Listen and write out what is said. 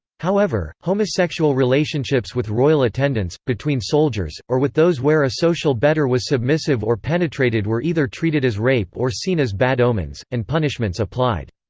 however, homosexual relationships with royal attendants, between soldiers, or with those where a social better was submissive or penetrated were either treated as rape or seen as bad omens, and punishments applied.